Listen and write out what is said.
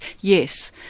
yes